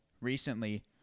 recently